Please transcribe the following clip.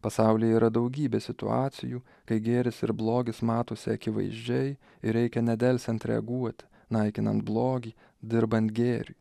pasaulyje yra daugybė situacijų kai gėris ir blogis matosi akivaizdžiai ir reikia nedelsiant reaguot naikinant blogį dirbant gėrį